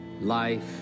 life